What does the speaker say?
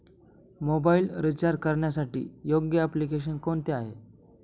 Mobile recharge करण्यासाठी योग्य application कोणते आहे?